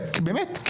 באמת,